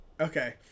Okay